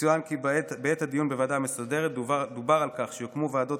יצוין כי בעת הדיון בוועדה המסדרת דובר על כך שיוקמו ועדות